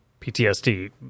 PTSD